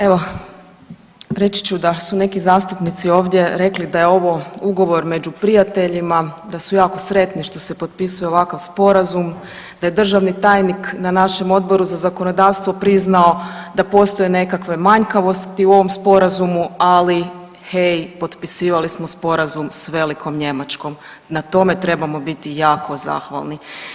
Evo, reći ću da su neki zastupnici ovdje rekli da je ovo ugovor među prijateljima, da su jako sretni što se potpisuje ovakav sporazum, da je državni tajnik na našem Odboru za zakonodavstvo priznao da postoje nekakve manjkavosti u ovom Sporazumu ali hej, potpisivali smo sporazum s velikom Njemačkom, na tome trebamo biti jako zahvalni.